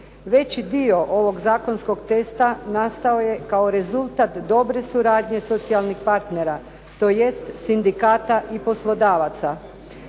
Veći dio zakonskog teksta nastao je kao rezultat dobre suradnje socijalnih partnera tj. Sindikata i poslodavaca.